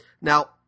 Now